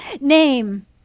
name